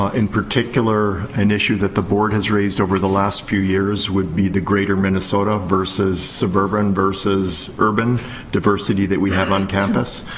ah in particular, an issue that the board has raised over the last few years would be the greater minnesota versus suburban versus urban diversity that we have on campus.